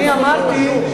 אני אמרתי,